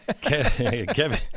Kevin